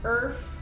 Earth